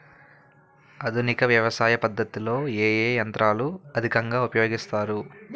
ఆధునిక వ్యవసయ పద్ధతిలో ఏ ఏ యంత్రాలు అధికంగా ఉపయోగిస్తారు?